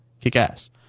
kick-ass